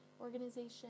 organization